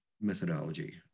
methodology